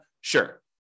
Sure